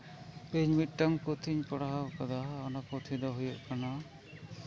ᱤᱧ ᱢᱤᱫᱴᱟᱱ ᱯᱩᱛᱷᱤᱧ ᱯᱟᱲᱦᱟᱣ ᱠᱟᱫᱟ ᱚᱱᱟ ᱯᱩᱛᱷᱤ ᱫᱚ ᱦᱩᱭᱩᱜ ᱠᱟᱱᱟ